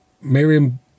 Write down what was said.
Miriam